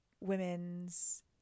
women's